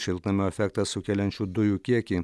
šiltnamio efektą sukeliančių dujų kiekį